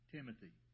Timothy